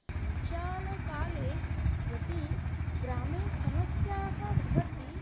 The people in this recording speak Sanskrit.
सञ्चारकाले यदि ग्रामे समस्याः भवन्ति